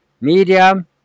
media